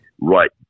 right